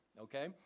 okay